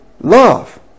love